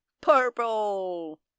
Purple